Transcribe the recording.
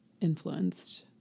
influenced